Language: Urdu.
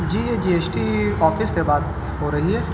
جی یہ جی ایس ٹی آفس سے بات ہو رہی ہے